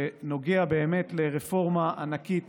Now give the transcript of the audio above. שנוגע באמת לרפורמה ענקית